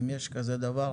אם יש כזה דבר.